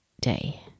day